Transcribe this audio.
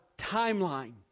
timeline